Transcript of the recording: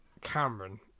Cameron